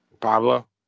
Pablo